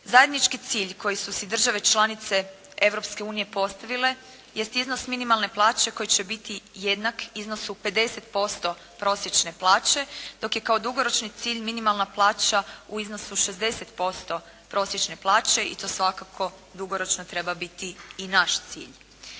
Zajednički cilj koji su si države članice Europske unije postavile jest iznos minimalne plaće koji će biti jednak iznosu 50% prosječne plaće dok je kao dugoročni cilj minimalna plaća u iznosu 60% prosječne plaće i to svakako dugoročno treba biti i naš cilj.